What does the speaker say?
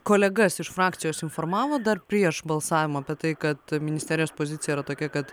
kolegas iš frakcijos informavot dar prieš balsavimą apie tai kad ministerijos pozicija yra tokia kad